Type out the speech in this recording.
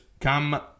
come